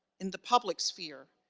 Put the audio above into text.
in the public sphere,